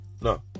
no